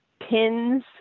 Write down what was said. pins